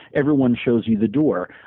everyone shows you the door.